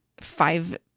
five